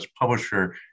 publisher